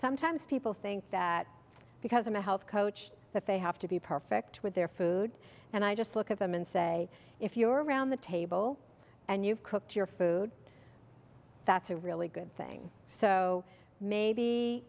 sometimes people think that because i'm a health coach that they have to be perfect with their food and i just look at them and say if you're around the table and you've cooked your food that's a really good thing so maybe